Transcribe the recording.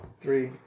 Three